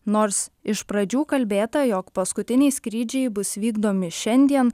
nors iš pradžių kalbėta jog paskutiniai skrydžiai bus vykdomi šiandien